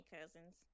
Cousins